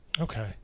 Okay